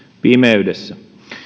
pimeydessä